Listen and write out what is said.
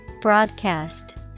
broadcast